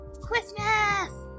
Christmas